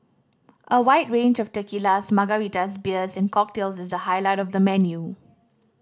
a wide range of tequilas margaritas beers and cocktails is the highlight of the menu